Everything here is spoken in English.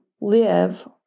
live